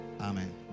Amen